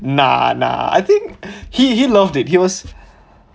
nah nah I think he he loved it he was